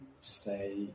say